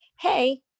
hey